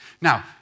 Now